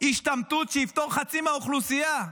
השתמטות שיפטור חצי מהאוכלוסייה,